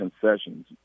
concessions